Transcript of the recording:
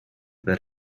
that